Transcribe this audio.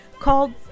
called